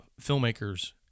filmmakers